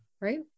right